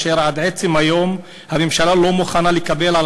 אשר עד עצם היום הזה הממשלה לא מוכנה לקבל על